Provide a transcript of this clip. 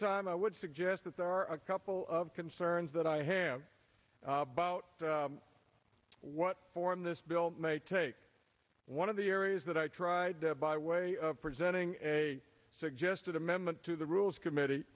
time i would suggest that there are a couple of concerns that i have about what form this bill may take one of the areas that i tried by way of presenting a suggested amendment to the rules committe